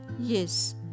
Yes